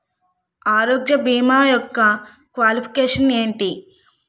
ఆరోగ్య భీమా యెక్క క్వాలిఫికేషన్ ఎంటి?